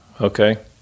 okay